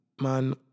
man-